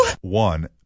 one